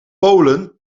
polen